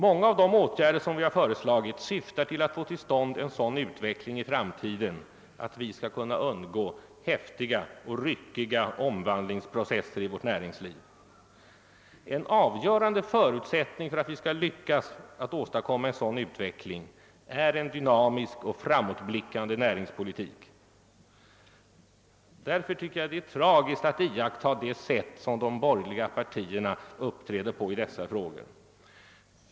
Många av de åtgärder som vi har föreslagit syftar till att få till stånd en sådan utveckling i framtiden att vi skall kunna undgå häftiga och ryckiga omvandlingsprocesser i vårt näringsliv. En avgörande förutsättning för att vi skall lyckas att åstadkomma en sådan utveckling är en dynamisk och framåtblickande näringspolitik. Därför är det tragiskt att iaktta det sätt som de borgerliga partierna uppträder på i detta sammanhang.